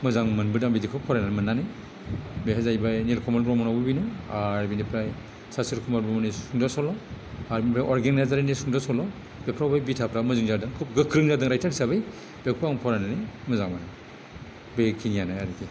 मोजां मोनबोदां बिदिखौ फरायनानै मोनबोनानै बेहाय जाहैबाय निलकमल ब्रह्मनाबो बेनो आरो बिनिफ्राय सारसिल ब्रह्मनि सुंद' सल' आरो बिनिफ्राय अरगें नारजारिनि सुंद' सल' बेफोरावबो बे बिथाफ्रा मोजां जादों खुब गोख्रों जादों राइटार हिसाबै दा बेखौ आं फरायनानै मोजां मोनो बेखिनयानो आरोखि